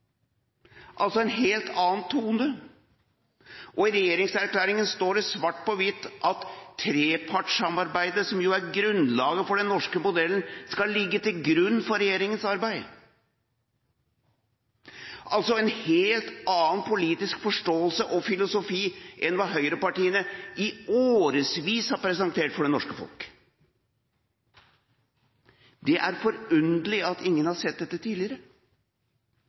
altså en helt annen tone. I regjeringserklæringen står det svart på hvitt at trepartssamarbeidet, som jo er grunnlaget for den norske modellen, skal ligge til grunn for regjeringas arbeid. Det er altså en helt annen politisk forståelse og filosofi enn hva høyrepartiene i årevis har presentert for det norske folk. Det er forunderlig at ingen har sett dette tidligere.